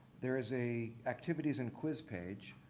there's a activities and quiz page.